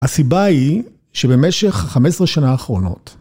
הסיבה היא שבמשך חמש עשרה שנה האחרונות